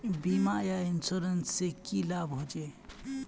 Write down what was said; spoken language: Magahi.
बीमा या इंश्योरेंस से की लाभ होचे?